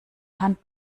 hand